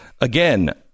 Again